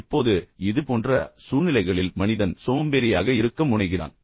இப்போது இதுபோன்ற சூழ்நிலைகளில் மனிதன் சோம்பேறியாக இருக்க முனைகிறான்